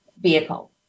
vehicle